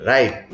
Right